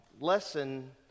lesson